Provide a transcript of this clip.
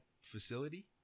facility